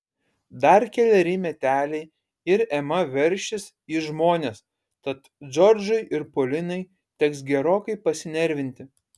dar keleri meteliai ir ema veršis į žmones tad džordžui ir polinai teks gerokai pasinervinti